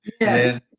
Yes